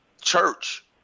church